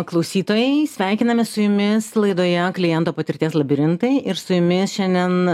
klausytojai sveikinamės su jumis laidoje kliento patirties labirintai ir su jumis šiandien